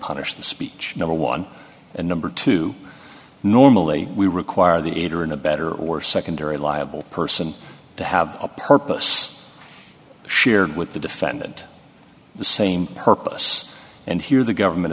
punish the speech number one and number two normally we require the aider and abettor or secondary liable person to have a purpose shared with the defendant the same purpose and here the government